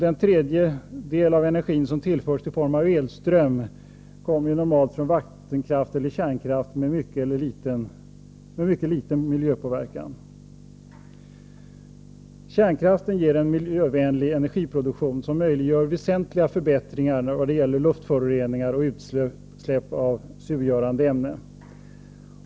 Den tredjedel av energin som tillförs i form av elström kommer normalt från vattenkraft eller kärnkraft, vilka ger mycket liten miljöpåverkan. Kärnkraften ger en miljövänlig energiproduktion, som möjliggör väsentliga förbättringar vad gäller luftföroreningar och utsläpp av surgörande ämnen.